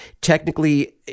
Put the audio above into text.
technically